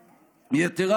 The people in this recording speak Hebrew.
יש שופטים בירושלים.